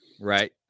Right